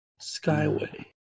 Skyway